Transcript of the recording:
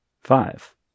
five